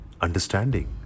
understanding